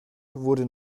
wurde